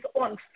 on